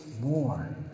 more